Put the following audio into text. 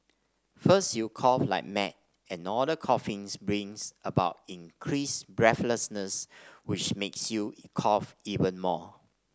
first you cough like mad and all the coughing brings about increased breathlessness which makes you cough even more